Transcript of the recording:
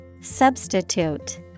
Substitute